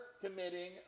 committing